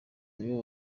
nibo